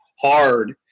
hard